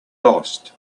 lost